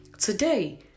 Today